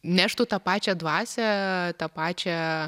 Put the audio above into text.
neštų tą pačią dvasią tą pačią